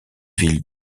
villes